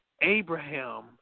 Abraham